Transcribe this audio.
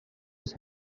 was